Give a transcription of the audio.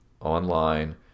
online